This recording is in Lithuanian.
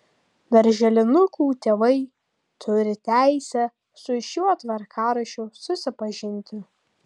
darželinukų tėvai turi teisę su šiuo tvarkaraščiu susipažinti